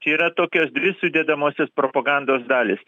čia yra tokios dvi sudedamosios propagandos dalys